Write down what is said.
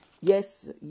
Yes